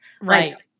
Right